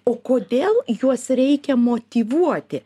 o kodėl juos reikia motyvuoti